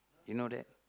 you know that